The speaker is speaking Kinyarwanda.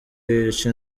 yica